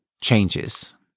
changes